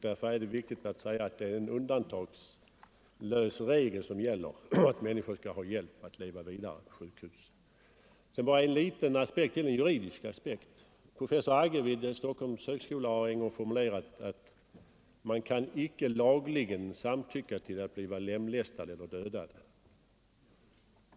Därför är det viktigt att säga att det är en undantagslös regel som gäller att på sjukhusen skall människorna få hjälp att leva vidare. Sedan har vi en juridisk aspekt. Professor Agge vid Stockholms högskola har en gång formulerat att man kan icke lagligen samtycka till att bli lemlästad eller dödad.